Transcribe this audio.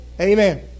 Amen